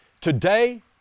Today